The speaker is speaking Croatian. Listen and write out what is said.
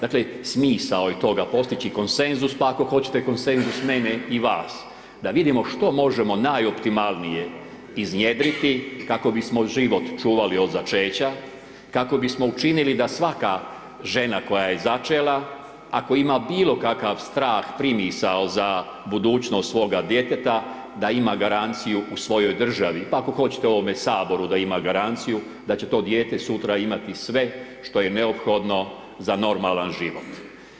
Dakle, smisao je toga postići konsenzus, pa ako hoćete konsenzus mene i vas, da vidimo što možemo najoptimalnije iznjedriti kako bismo život čuvali od začeća, kako bismo učinili da svaka žena koja je začela, ako ima bilo kakav strah, primisao za budućnost svoga djeteta, da ima garanciju u svojoj državi, pa ako hoćete u ovome Saboru da ima garanciju da će to dijete sutra imati sve što je neophodno za normalan život.